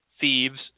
thieves